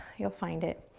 you'll find it.